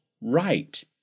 right